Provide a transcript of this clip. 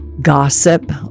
gossip